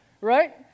right